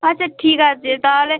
আচ্ছা ঠিক আছে তাহলে